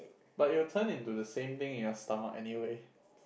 but it will turn into the same thing in your stomach anyway